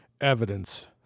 evidence